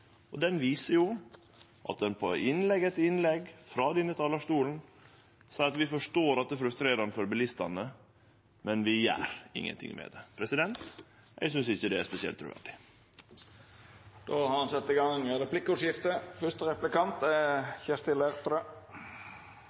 innlegg etter innlegg frå denne talarstolen seier dei at dei forstår at det er frustrerande for bilistane, men dei gjer ingenting med det. Eg synest ikkje det er spesielt truverdig. Det vert replikkordskifte. Hvis statsråden hadde lest Arbeiderpartiets alternative statsbudsjett de siste fem årene, ville han ha sett